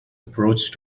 approach